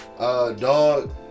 Dog